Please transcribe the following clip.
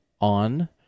on